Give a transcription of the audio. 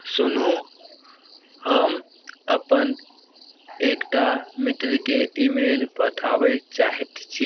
सुनू हम अपन एकटा मित्रकेँ ईमेल पठाबै चाहै छी